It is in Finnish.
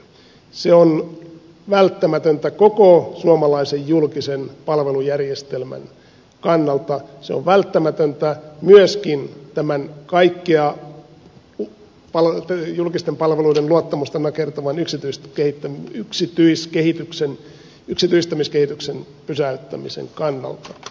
se on välttämätöntä koko suomalaisen julkisen palvelujärjestelmän kannalta se on välttämätöntä myöskin kaikkea julkisten palveluiden luottamusta nakertavan yksityistämiskehityksen pysäyttämisen kannalta